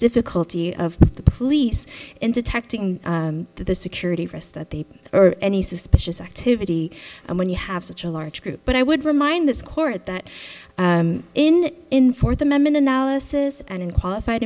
difficulty of the police in detecting the security force that they are any suspicious activity and when you have such a large group but i would remind this court that in in fourth amendment analysis and in qualified